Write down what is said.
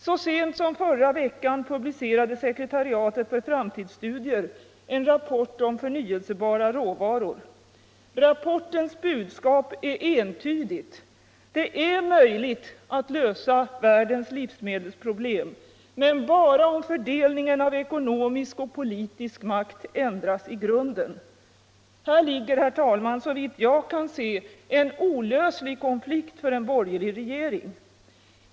Så sent som förra veckan publicerade sekretariatet för framtidsstudier en rapport om förnyelsebara råvaror. Rapportens budskap är entydigt. Det är möjligt att lösa världens livsmedelsproblem — men bara om fördelningen av ekonomisk och politisk makt ändras i grunden. Här ligger såvitt jag kan se en olöslig konflikt för en borgerlig regering.